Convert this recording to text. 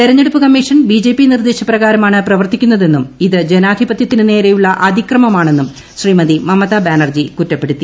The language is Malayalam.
തെരഞ്ഞെടുപ്പ് കമ്മീഷൻ ബിജെപി നിർദ്ദേശപ്രകാരമാണ് പ്രവർത്തിക്കുന്നതെന്നും ഇത് ജനാധിപത്യത്തിന് നേരെയുള്ള അതിക്രമമാണെന്നും ശ്രീമതി മമതാ ബാനർജി കുറ്റപ്പെടുത്തി